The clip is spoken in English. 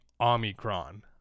Omicron